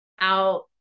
out